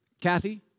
Kathy